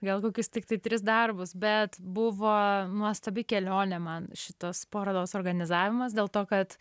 gal kokius tiktai tris darbus bet buvo nuostabi kelionė man šitos parodos organizavimas dėl to kad